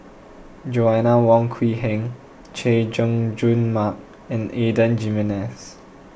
Joanna Wong Quee Heng Chay Jung Jun Mark and Adan Jimenez